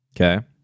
okay